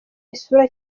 isura